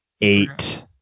Eight